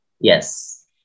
yes